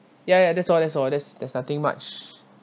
ya ya that's all that's all there's there's nothing much